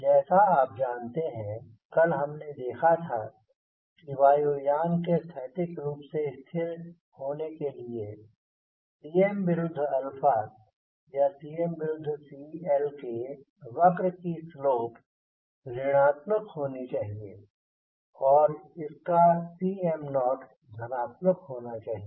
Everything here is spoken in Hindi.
जैसा आप जानते हैं कल हमने देखा था कि वायु यान के स्थैतिक रूप से स्थिर होने के लिए Cm विरुद्ध या Cm विरुद्ध CL के वक्र की स्लोप ऋणात्मक होनी चाहिए और इसकाCm0 धनात्मक होना चाहिए